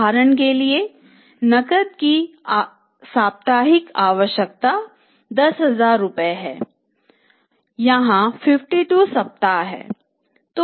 उदाहरण के लिए नकद की साप्ताहिक आवश्यकता 10000 रुपये है और 52 सप्ताह हैं